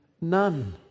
none